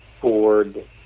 Ford